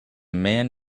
man